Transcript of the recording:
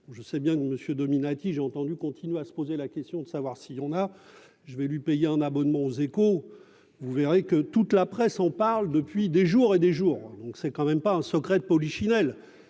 je sais bien que monsieur Dominati j'ai entendu continuer à se poser la question de savoir si on a, je vais lui payer un abonnement aux Échos, vous verrez que toute la presse, on parle depuis des jours et des jours, donc c'est quand même pas un secret de polichinelle,